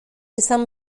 izan